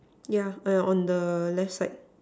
yeah !aiya! on the left side